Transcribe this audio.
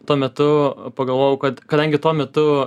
tuo metu pagalvojau kad kadangi tuo metu